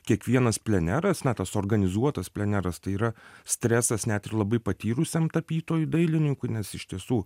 kiekvienas pleneras na tas suorganizuotas pleneras tai yra stresas net ir labai patyrusiam tapytojui dailininkui nes iš tiesų